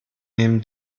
neben